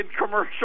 commercial